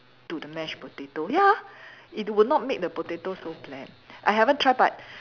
to the mashed potato ya it will not make the potato so bland I haven't try but